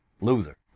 Loser